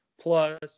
Plus